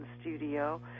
studio